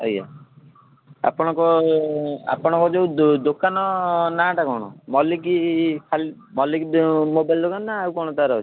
ଆଜ୍ଞା ଆପଣଙ୍କ ଆପଣଙ୍କ ଯୋଉ ଦୋକାନ ନାଁଟା କଣ ମଲିକି ମଲିକ୍ ଯୋଉ ମୋବାଇଲ୍ ଦୋକାନ ନା ଆଉ କଣ ତା'ର ଅଛି